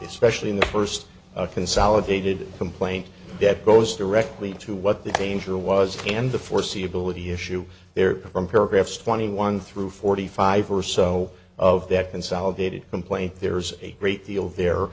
it's specially in the first consolidated complaint that goes directly to what the danger was and the foreseeability issue there from paragraphs twenty one through forty five or so of that consolidated complaint there's a great deal